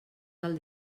del